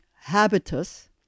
habitus